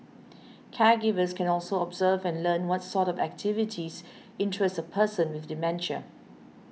caregivers can also observe and learn what sort of activities interest a person with dementia